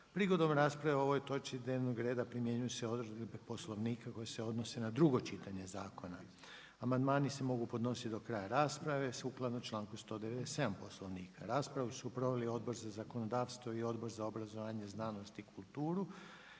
Prigodom rasprave o ovoj točki dnevnog reda, primjenjuju se odredbe Poslovnika koje se odnose na drugo čitanje zakona. Amandmani se mogu podnositi do kraja rasprave, sukladno članku 197. Poslovnika. Raspravu su proveli Odbor za zakonodavstvo i Odbor za obrazovanje, znanosti i kulturu.